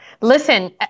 listen